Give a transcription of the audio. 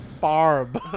Barb